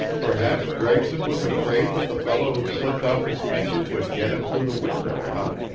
perhaps gregson was afraid that the fellow who clipped off his finger would get him through the window, ah?